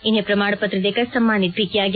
इन्हें प्रमाण पत्र देकर सम्मानित भी किया गया